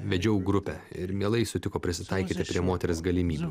vedžiau grupę ir mielai sutiko prisitaikyti prie moters galimybių